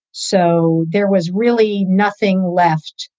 so there was really nothing left,